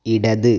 ഇടത്